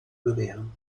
gewähren